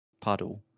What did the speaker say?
puddle